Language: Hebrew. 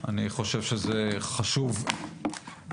אני חושב שזה חשוב מאוד,